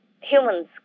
humans